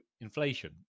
inflation